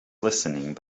listening